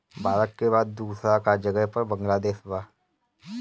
भारत के बाद दूसरका जगह पर बांग्लादेश बा